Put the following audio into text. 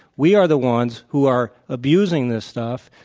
we are the ones who are abusing this stuff,